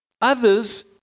Others